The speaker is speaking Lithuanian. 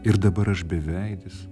ir dabar aš beveidis